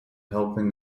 helping